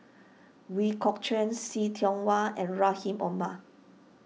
Ooi Kok Chuen See Tiong Wah and Rahim Omar